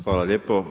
Hvala lijepo.